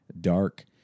dark